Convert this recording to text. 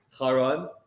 Haran